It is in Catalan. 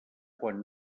quan